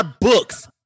books